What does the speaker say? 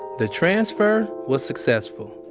the transfer was successful.